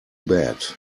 bad